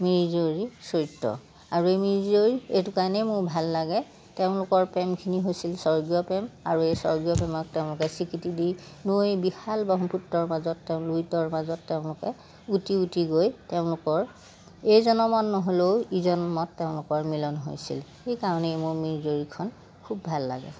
মিৰি জীয়ৰী চৰিত্ৰ আৰু এই মিৰি জীয়ৰী এইটো কাৰণেই মোৰ ভাল লাগে তেওঁলোকৰ প্ৰেমখিনি হৈছিল স্বৰ্গীয় প্ৰেম আৰু এই স্বৰ্গীয় প্ৰেমক তেওঁলোকে স্বীকৃতি দি নৈৰ বিশাল ব্ৰহ্মপুত্ৰৰ মাজত তেওঁ লুইতৰ মাজত তেওঁলোকে উটি উটি গৈ তেওঁলোকৰ এই জনমত নহ'লেও ই জনমত তেওঁলোকৰ মিলন হৈছিল সেইকাৰণেই মোৰ মিৰি জীয়ৰীখন খুব ভাল লাগে